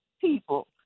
people